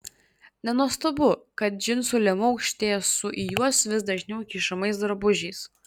nenuostabu kad džinsų liemuo aukštėja su į juos vis dažniau kišamais drabužiais